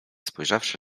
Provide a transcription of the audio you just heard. spojrzawszy